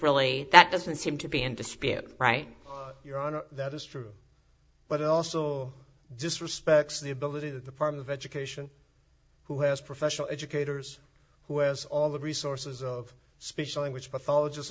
really that doesn't seem to be in dispute right that is true but it also disrespects the ability the part of education who has professional educators who has all the resources of speech language pathologist